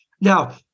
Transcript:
Now